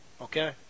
Okay